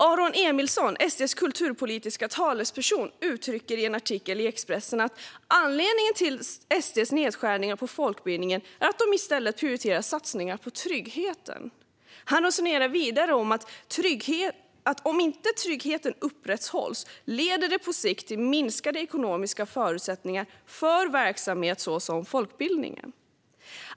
Aron Emilsson, Sverigedemokraternas kulturpolitiska talesperson, uttrycker i en artikel i Expressen att anledningen till SD:s nedskärningar på folkbildningen är att de i stället prioriterar satsningar på tryggheten. Han resonerar vidare att om tryggheten inte upprätthålls leder det på sikt till minskade ekonomiska förutsättningar för verksamhet som folkbildning.